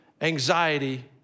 anxiety